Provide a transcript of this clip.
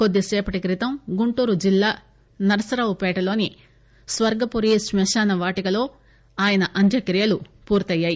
కొద్దిసేపటి క్రితం గుంటూరు జిల్లా నర్సరావుపేటలోని స్పర్గపురి స్కశానవాటికలో ఆయన అంత్యక్రియలు పూర్తయ్యాయి